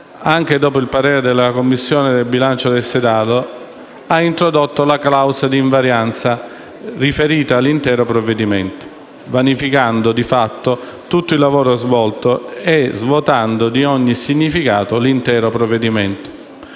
anche dopo il parere della Commissione bilancio del Senato, ha introdotto la clausola di invarianza riferita all'intero provvedimento, vanificando, di fatto, tutto il lavoro svolto e svuotando di ogni significato l'intero provvedimento.